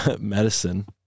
medicine